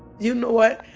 you know what?